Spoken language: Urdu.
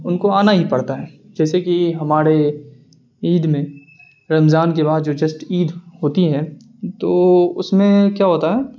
ان کو آنا ہی پڑتا ہے جیسے کہ ہمارے عید میں رمضان کے بعد جو جسٹ عید ہوتی ہیں تو اس میں کیا ہوتا ہے